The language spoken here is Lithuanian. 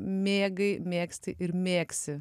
mėgai mėgsti ir mėgsi